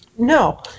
No